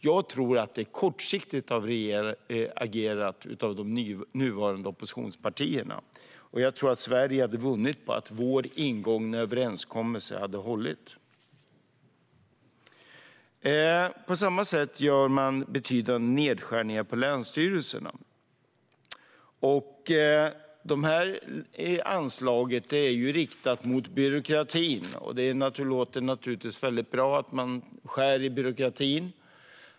Jag tror att det är kortsiktigt agerat av de nuvarande oppositionspartierna, och jag tror att Sverige hade vunnit på om vår ingångna överenskommelse hade hållit. På samma sätt gör man betydande nedskärningar på länsstyrelserna. Detta är riktat mot byråkratin. Och det låter naturligtvis mycket bra att man skär i byråkratin.